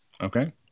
okay